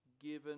given